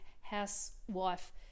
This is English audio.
housewife